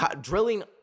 drilling